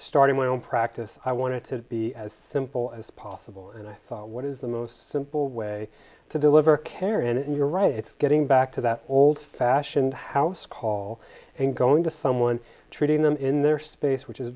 starting my own practice i wanted to be as simple as possible and i thought what is the most simple way to deliver care and you're right it's getting back to that old fashioned house call and going to someone treating them in their space which is